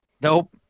nope